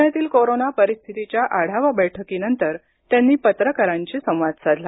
पुण्यातील कोरोना परिस्थितीच्या आढावा बैठकीनंतर त्यांनी पत्रकारांशी संवाद साधला